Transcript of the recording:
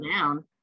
down